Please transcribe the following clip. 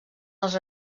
els